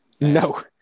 No